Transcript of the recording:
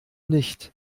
nicht